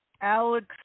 Alex